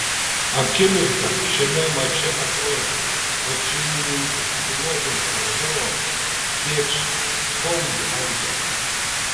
akimirką šiame mače atrodė kad šeimininkai tituluotiems varžovams tėkš skaudų antausį